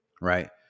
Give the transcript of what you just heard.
right